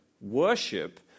worship